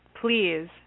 Please